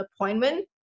appointment